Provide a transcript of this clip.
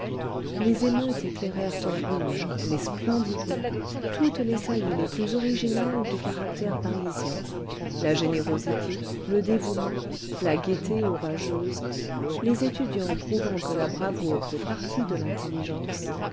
les émeutes éclairèrent en rouge mais splendidement toutes les saillies les plus originales du caractère parisien la générosité le dévouement la gaîté orageuse les étudiants prouvant que la bravoure fait partie de l'intelligence